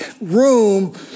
room